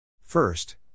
First